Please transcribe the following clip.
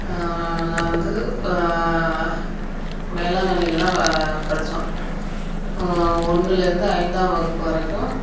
நான் வந்து வேளாங்கண்ணியில் தான் வ படித்தோம் ஒன்னுலேருந்து ஐந்தாம் வகுப்பு வரைக்கும்